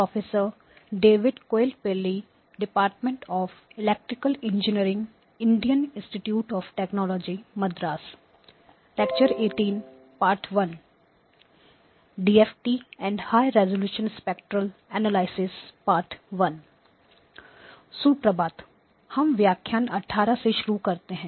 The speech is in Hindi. हम व्याख्यान 18 से शुरू करते हैं